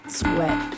sweat